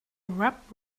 rap